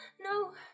No